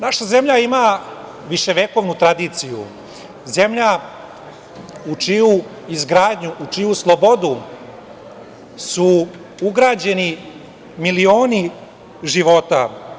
Naša zemlja ima viševekovnu tradiciju, zemlja u čiju izgradnju, u čiju slobodu su ugrađeni milioni života.